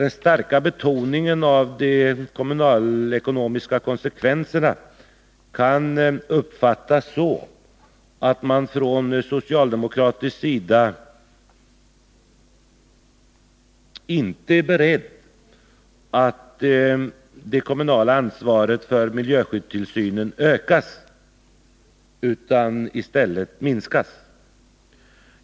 Den starka betoningen av de kommunalekonomiska konsekvenserna kan uppfattas så, att man från socialdemokratisk sida egentligen inte är beredd att förorda att det kommunala ansvaret för miljöskyddstillsynen ökas.